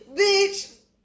Bitch